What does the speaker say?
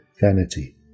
vanity